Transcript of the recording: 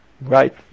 Right